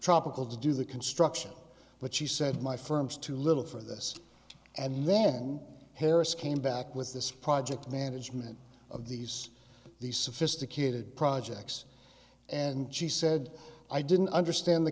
tropical to do the construction but she said my firms too little for this and then harris came back with this project management of these these sophisticated projects and she said i didn't understand the